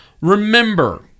Remember